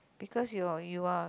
because you're you are